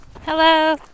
Hello